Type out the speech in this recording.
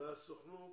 כן.